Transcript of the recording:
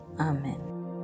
amen